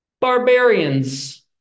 barbarians